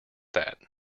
that